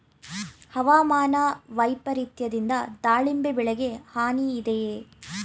ಹವಾಮಾನ ವೈಪರಿತ್ಯದಿಂದ ದಾಳಿಂಬೆ ಬೆಳೆಗೆ ಹಾನಿ ಇದೆಯೇ?